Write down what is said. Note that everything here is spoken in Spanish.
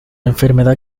enfermedad